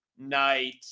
night